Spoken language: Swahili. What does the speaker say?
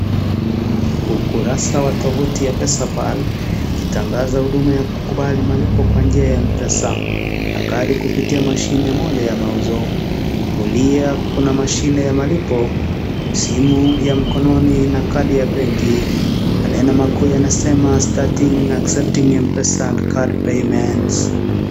Ukurasa wa tovuti ya pesapal, ikitangaza huduma ya kukubali malipo kwa njia ya mpesa, na kadi kupitia mashine moja ya mauzo. Kulia kuna mashine ya malipo, simu ya mkononi na kadi ya benki. Maneno makuu yanasema starting accepting mpesa and card payments .